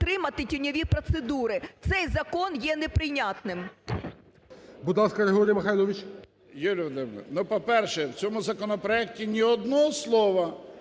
підтримати тіньові процедури. Цей закон є неприйнятним.